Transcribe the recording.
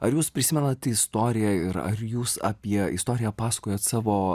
ar jūs prisimenat istoriją ir ar jūs apie istoriją pasakojot savo